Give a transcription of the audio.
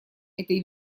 этой